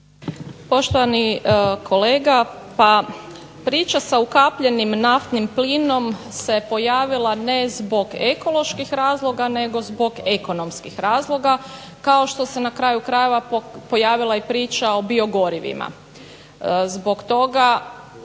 Poštovani kolega, pa priča sa ukapljenim naftnim plinom se pojavila ne zbog ekoloških razloga nego zbog ekonomskih razloga kao što se na kraju krajeva pojavila i priča o bio gorivima.